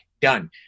done